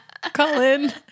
Colin